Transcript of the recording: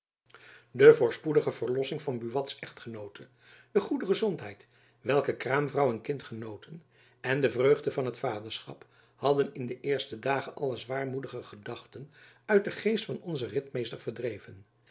de voorspoedige verlossing van buats echtgenoote de goede gezondheid welke kraamvrouw en kind genoten en de vreugde van het vaderschap hadden in de eerste dagen alle zwaarmoedige gedachten uit den geest van onzen ritmeester verdreven